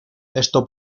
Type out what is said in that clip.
esto